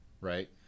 right